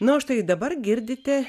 na o štai dabar girdite